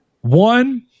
One